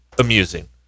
amusing